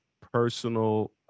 personal